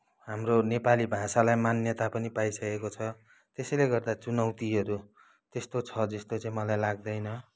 हाम्रो नेपाली भाषालाई मान्यता पनि पाइसकेको छ त्यसैले गर्दा चुनौतीहरू त्यस्तो छ जस्तो चाहिँ मलाई लाग्दैन